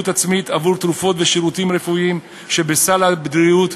עצמית עבור תרופות ושירותים רפואיים שבסל הבריאות,